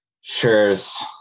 shares